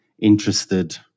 interested